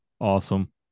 Awesome